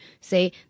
say